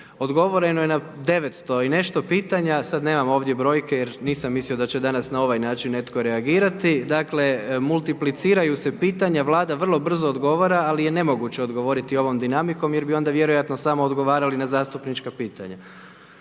odgovoreno je na 900 i nešto pitanja, sada nemam ovdje brojke jer nisam mislio da će danas na ovaj način netko reagirati. Dakle multipliciraju se pitanja, Vlada vrlo brzo odgovara ali je nemoguće odgovoriti ovom dinamikom jer bi onda vjerojatno samo odgovarali na zastupnička pitanja.